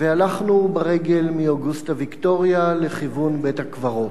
והלכנו ברגל מאוגוסטה-ויקטוריה לכיוון בית-הקברות.